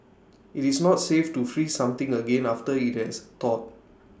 IT is not safe to freeze something again after IT has thawed